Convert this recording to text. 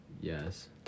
Yes